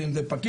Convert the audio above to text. אם זה פקיד,